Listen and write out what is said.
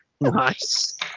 Nice